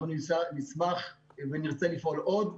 אנחנו נשמח ונרצה לפעול עוד,